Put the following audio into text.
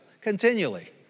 Continually